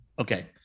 Okay